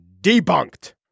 debunked